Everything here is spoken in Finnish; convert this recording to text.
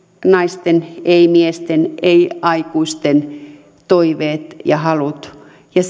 naisten eivät miesten eivät aikuisten toiveet ja halut ja